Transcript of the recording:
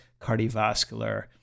cardiovascular